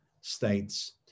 states